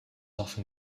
often